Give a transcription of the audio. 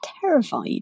terrified